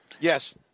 yes